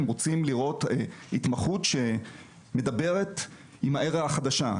הם רוצים התמחות שמדברת עם התקופה החדשה.